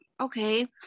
Okay